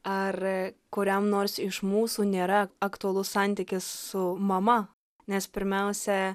ar kuriam nors iš mūsų nėra aktualus santykis su mama nes pirmiausia